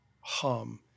hum